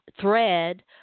thread